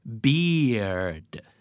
beard